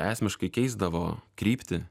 esmiškai keisdavo kryptį